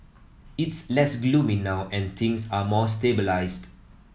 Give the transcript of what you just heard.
it's less gloomy now and things are more stabilised